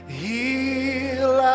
heal